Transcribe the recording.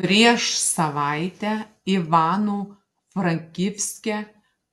prieš savaitę ivano frankivske